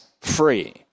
free